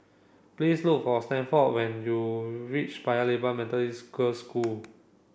please look for Stanford when you reach Paya Lebar Methodist Girls School